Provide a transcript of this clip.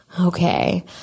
Okay